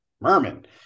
Merman